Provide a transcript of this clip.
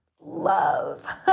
love